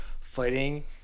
fighting